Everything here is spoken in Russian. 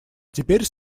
теперь